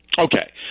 Okay